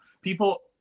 People